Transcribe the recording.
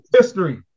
history